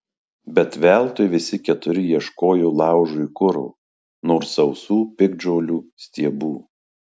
bet veltui visi keturi ieškojo laužui kuro nors sausų piktžolių stiebų